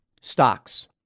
stocks